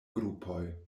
grupoj